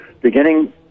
beginning